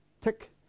Tick